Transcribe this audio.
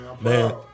Man